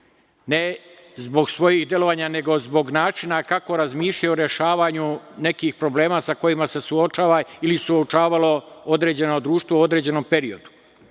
Ne zbog svojih delovanja, nego zbog načina kako razmišljaju o rešavanju nekih problema sa kojima se suočava ili suočavalo određeno društvo u određenom periodu. Nama